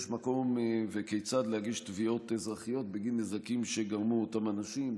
יש מקום להגיש תביעות אזרחיות בגין נזקים שגרמו אותם אנשים,